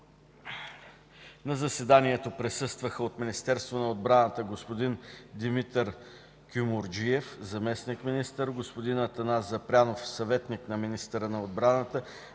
На заседанието присъстваха: от Министерство на отбраната господин Димитър Кюмюрджиев – заместник-министър, господин Атанас Запрянов – съветник на министъра на отбраната,